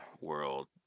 world